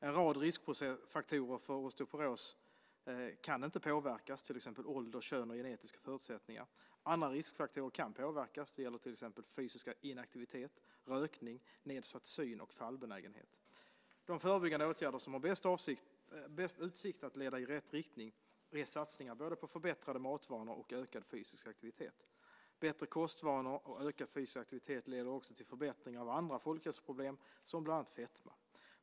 En rad riskfaktorer för osteoporos kan inte påverkas, till exempel ålder, kön och genetiska förutsättningar. Andra riskfaktorer kan påverkas, det gäller till exempel fysisk inaktivitet, rökning, nedsatt syn och fallbenägenhet. De förebyggande åtgärder som har bäst utsikt att leda i rätt riktning är satsningar på både förbättrade matvanor och ökad fysisk aktivitet. Bättre kostvanor och ökad fysisk aktivitet leder också till förbättringar av andra folkhälsoproblem som bland annat fetma.